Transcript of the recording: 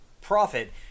profit